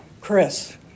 Chris